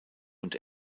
und